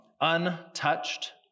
untouched